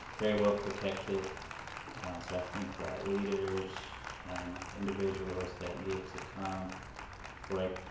very well protected so i think that leaders and individuals that needed to come for